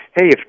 Hey